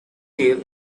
deal